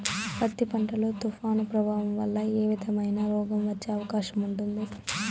పత్తి పంట లో, తుఫాను ప్రభావం వల్ల ఏ విధమైన రోగం వచ్చే అవకాశం ఉంటుంది?